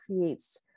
creates